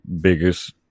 biggest